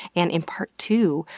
and in part two,